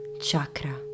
Chakra